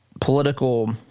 political